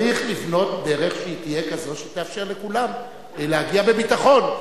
וצריך לבנות דרך שתהיה כזאת שתאפשר לכולם להגיע בביטחון.